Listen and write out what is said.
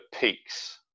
peaks